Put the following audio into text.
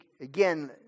again